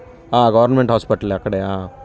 government hospital అక్కడే